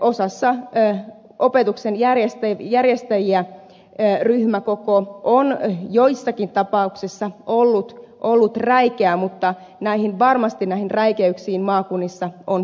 osassa opetuksen järjestäjiä ryhmäkoko on joissakin tapauksissa ollut räikeä mutta varmasti näihin räikeyksiin maakunnissa on puututtu